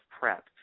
prep